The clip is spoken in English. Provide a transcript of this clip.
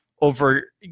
over